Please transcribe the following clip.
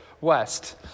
West